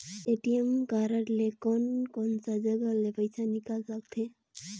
ATM card ले कोन कोन सा जगह ले पइसा निकाल सकथे?